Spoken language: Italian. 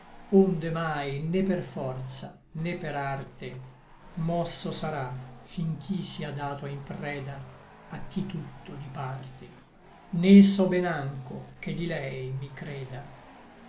onde mai né per forza né per arte mosso sarà fin ch'i sia dato in preda a chi tutto diparte né so ben ancho che di lei mi creda